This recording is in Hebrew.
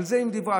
על זה היא דיברה.